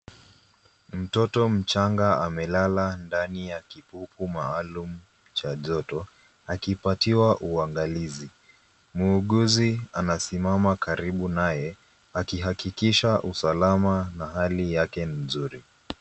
Mtoto mchanga amelala ndani ya kipupu maalum cha joto akipatiwa uangalizi. Muuguzi anasimama karibu nae akihakikisha usalama na hali yake nzuri.